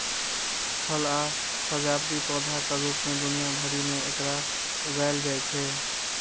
फल आ सजावटी पौधाक रूप मे दुनिया भरि मे एकरा उगायल जाइ छै